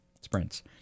Sprints